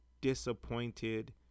disappointed